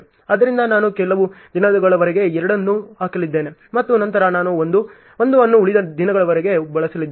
ಆದ್ದರಿಂದ ನಾನು ಕೆಲವು ದಿನಗಳವರೆಗೆ 2 ಅನ್ನು ಹಾಕಲಿದ್ದೇನೆ ಮತ್ತು ನಂತರ ನಾನು 1 1 ಅನ್ನು ಉಳಿದ ದಿನಗಳವರೆಗೆ ಬಳಸಲಿದ್ದೇನೆ